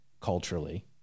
culturally